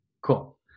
Cool